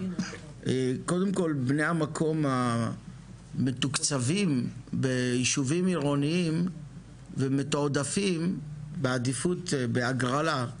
קודם כל בני המקום שמתוקצבים בישובים עירונים ומתועדפים בעדיפות בהגרלה,